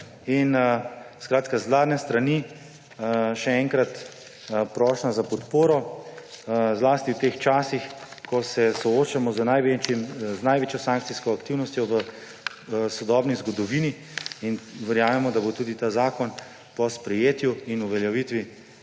Skratka, z vladne strani še enkrat prošnja za podporo, zlasti v teh časih, ko se soočamo z največjo sankcijsko aktivnostjo v sodobni zgodovini. Verjamemo, da bo tudi ta zakon po sprejetju in uveljavitvi